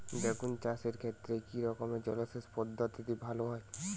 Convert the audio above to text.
বেগুন চাষের ক্ষেত্রে কি রকমের জলসেচ পদ্ধতি ভালো হয়?